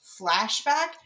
flashback